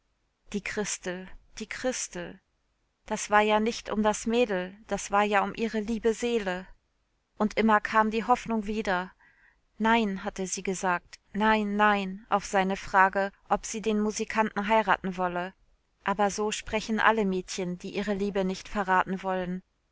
die christel die christel das war ja nicht um das mädel das war ja um ihre liebe seele und immer kam die hoffnung wieder nein hatte sie gesagt nein nein auf seine frage ob sie den musikanten heiraten wolle aber so sprechen alle mädchen die ihre liebe nicht verraten wollen